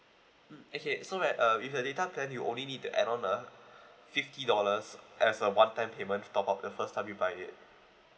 mm okay so right uh with your data plan you only need to add on a fifty dollars as a one time payment to top up the first time you buy it